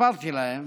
סיפרתי להם